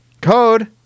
Code